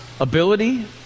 ability